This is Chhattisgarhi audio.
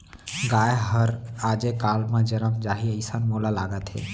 गाय हर आजे काल म जनम जाही, अइसन मोला लागत हे